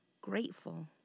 grateful